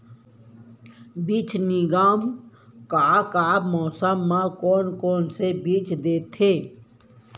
बीज निगम का का मौसम मा, कौन कौन से बीज देथे?